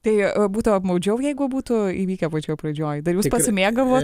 tai būtų apmaudžiau jeigu būtų įvykę pačioj pradžioj dar jūs pasimėgavot